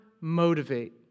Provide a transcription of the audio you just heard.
motivate